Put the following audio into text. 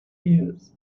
years